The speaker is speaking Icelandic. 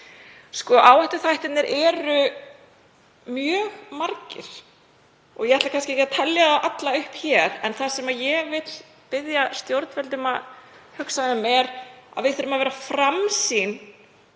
Áhættuþættirnir eru mjög margir og ég ætla kannski ekki að telja alla upp hér en það sem ég vil biðja stjórnvöld að hugsa um er að við þurfum að vera framsýn